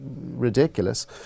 ridiculous